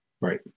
Right